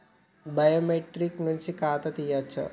Biometric నుంచి ఖాతా తీయచ్చా?